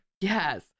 Yes